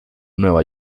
nueva